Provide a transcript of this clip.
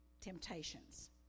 temptations